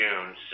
June